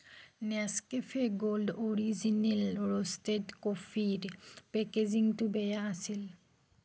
Nescafe gold original roasted কফিৰ পেকেজিঙটো বেয়া আছিল